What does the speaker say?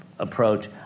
Approach